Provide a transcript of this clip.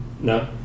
no